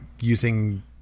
using